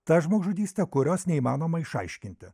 ta žmogžudystė kurios neįmanoma išaiškinti